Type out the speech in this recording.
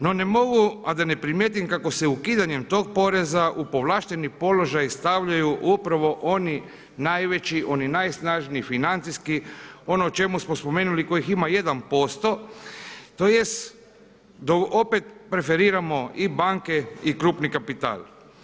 No ne mogu a da ne primijetim kako se ukidanjem tog poreza u povlašteni položaj stavljaju upravo oni najveći, oni najsnažniji financijski, ono o čemu smo spomenuli kojih ima 1%, tj. tu opet preferiramo i banke i krupni kapital.